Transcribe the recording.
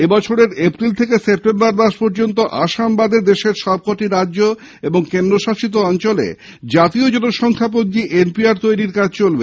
এবছরের এপ্রিল থেকে সেপ্টেম্বর পর্যন্ত আসাম বাদে দেশের সবকটি রাজ্য ও কেন্দ্রশাসিত অঞ্চলে জাতীয় জনসংখ্যা পঞ্জী এনপিআর তৈরির কাজ চলবে